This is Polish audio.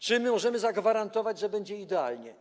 Czy możemy zagwarantować, że będzie idealnie?